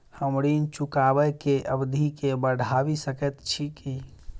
हम ऋण चुकाबै केँ अवधि केँ बढ़ाबी सकैत छी की?